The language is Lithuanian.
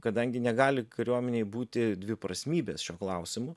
kadangi negali kariuomenėj būti dviprasmybės šiuo klausimu